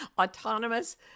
autonomous